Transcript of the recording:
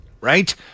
Right